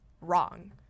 wrong